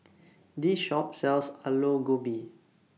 This Shop sells Aloo Gobi